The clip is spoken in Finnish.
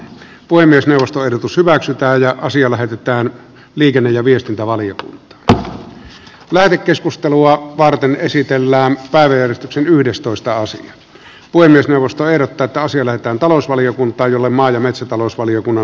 puhemiesneuvosto ehdottaa että asia lähetetään liikenne ja viestintävaliot lähetekeskustelua varten esitellään päiväjärjestyksen yhdestoista osan puhemiesneuvosto ehdottaa taas eletään talousvaliokuntaan jolle maa ja metsätalousvaliokunnan